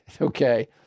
Okay